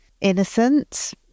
innocent